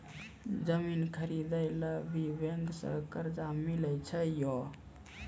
जमीन खरीदे ला भी बैंक से कर्जा मिले छै यो?